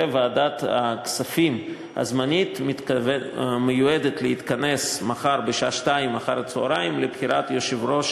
ועדת הכספים הזמנית מיועדת להתכנס מחר בשעה 14:00 לבחירת יושב-ראש